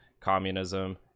communism